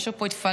משהו פה התפלפ,